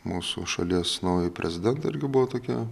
mūsų šalies naują prezidentą irgi buvo tokie